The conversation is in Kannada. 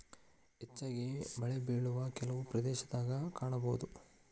ಹೆಚ್ಚಾಗಿ ಮಳೆಬಿಳುವ ಕೆಲವು ಪ್ರದೇಶದಾಗ ಕಾಣಬಹುದ